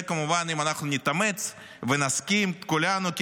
זה כמובן אם אנחנו נתאמץ ונסכים כולנו כי